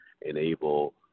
enable